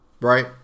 right